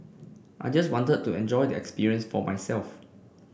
I just wanted to enjoy the experience for myself